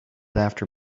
after